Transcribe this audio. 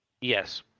Yes